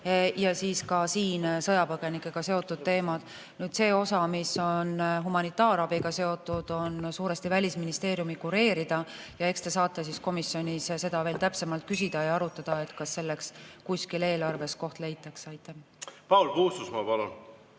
ja ka sõjapõgenikega seotud teemade eest. See osa, mis on humanitaarabiga seotud, on suuresti Välisministeeriumi kureerida. Ja eks te saate komisjonis seda veel täpsemalt küsida ja arutada, kas selleks kuskil eelarves koht leitakse. Aitäh! Ma olen vastutanud